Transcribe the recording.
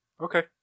Okay